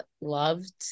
loved